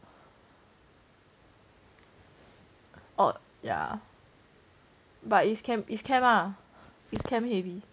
orh yeah but is chem lah is chem heavy